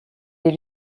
des